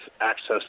access